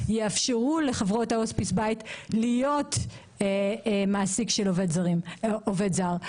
יאפשרו לחברות ההוספיס בית להיות מעסיק של עובד זר.